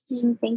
Thank